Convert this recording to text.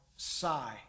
sigh